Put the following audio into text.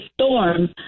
storm